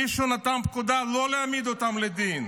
מישהו נתן פקודה לא להעמיד אותם לדין.